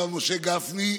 הרב משה גפני,